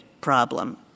problem